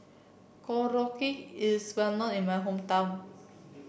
Korokke is well known in my hometown